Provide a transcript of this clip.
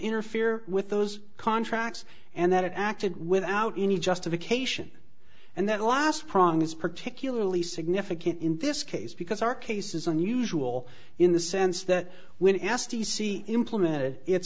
interfere with those contracts and that it acted without any justification and that last prongs particularly significant in this case because our case is unusual in the sense that when s t c implemented it